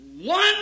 one